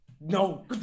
no